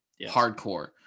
hardcore